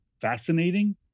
fascinating